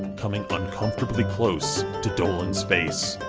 coming uncomfortably close to dolan's face.